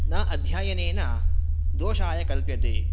न अध्ययनेन दोषाय कल्प्यते